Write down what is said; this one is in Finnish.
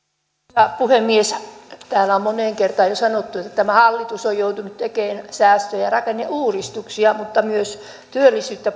arvoisa puhemies täällä on moneen kertaan jo sanottu että tämä hallitus on joutunut tekemään säästöjä ja rakenneuudistuksia mutta myös työllisyyttä